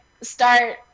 start –